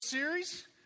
series